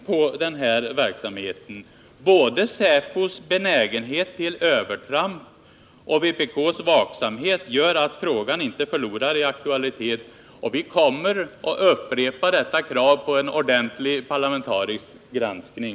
Både säpos benägenhet till övertramp och vpk:s vaksamhet gör att frågan inte förlorar i aktualitet. Vi kommer att upprepa kravet på en ordentlig parlamentarisk granskning.